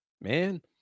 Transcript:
man